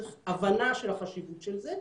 צריך הבנה של החשיבות של זה,